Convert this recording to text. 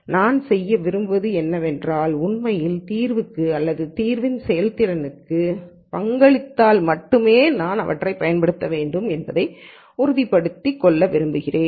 நான் செய்ய விரும்புவது என்னவென்றால் அவை உண்மையில் தீர்வுக்கு அல்லது தீர்வின் செயல்திறனுக்கு பங்களித்தால் மட்டுமே நான் அவற்றைப் பயன்படுத்த வேண்டும் என்பதை உறுதிப்படுத்திக் கொள்ள விரும்புகிறேன்